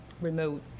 remote